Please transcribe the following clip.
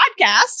podcast